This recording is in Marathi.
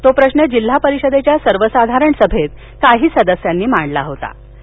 तो प्रश्न जिल्हा परिषदेच्या सर्वसाधारण सभेत काही सदस्यांनी मंडला होतं